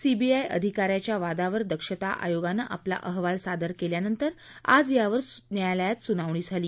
CBI अधिकाऱ्याच्या वादावर दक्षता आयोगानं आपला अहवाल सादर केल्यानंतर आज यावर न्यायालयात सुनावणी झाली